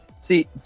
See